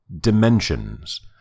Dimensions